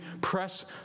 press